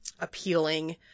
appealing